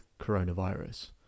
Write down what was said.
coronavirus